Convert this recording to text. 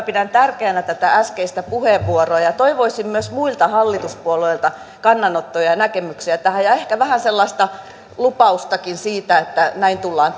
pidän tärkeänä tätä äskeistä puheenvuoroa ja toivoisin myös muilta hallituspuolueilta kannanottoja ja näkemyksiä tähän jää ehkä vähän sellaista lupaustakin siitä että näin tullaan